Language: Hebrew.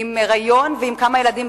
בהיריון ועם כמה ילדים,